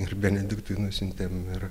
ir benediktui nusiuntėm ir